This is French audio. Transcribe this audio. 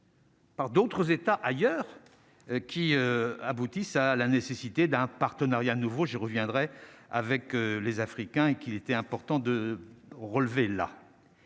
Par d'autres États ailleurs qui aboutissent à la nécessité d'un partenariat nouveau je reviendrai avec les Africains et qu'il était important de relever la.